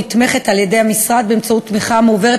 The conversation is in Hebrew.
נתמכת על-ידי המשרד באמצעות תמיכה המועברת